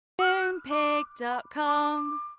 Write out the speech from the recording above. Moonpig.com